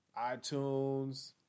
iTunes